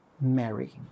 Mary